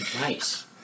Nice